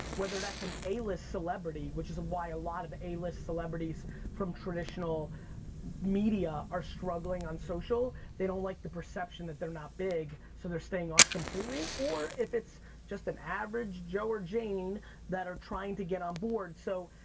whether that's an a-list celebrity, which is why a lot of a-list celebrities from traditional media are struggling on social, they don't like the perception that they're not big, so they're staying off completely, or if it's just an average joe or jane that are trying to get onboard. so,